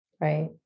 Right